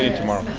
tomorrow.